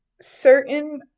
certain